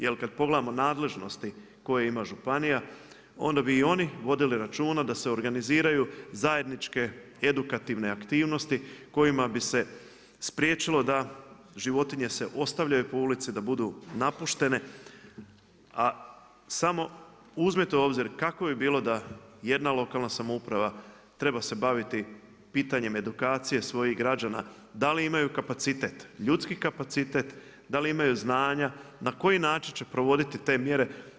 Jel kada pogledamo nadležnosti koje ima županija onda bi i oni vodili računa da se organiziraju zajedničke edukativne aktivnosti kojima bi se spriječilo da se životinje ostavljaju po ulici, da budu napuštene, a samo uzmete u obzir kako bi bilo da jedna lokalna samouprava treba se baviti pitanjem edukacije svojih građana, da li imaju kapacitet, ljudski kapacitet, da li imaju znanja, na koji način ćemo provoditi te mjere.